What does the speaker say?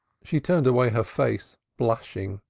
she turned away her face, blushing,